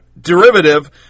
derivative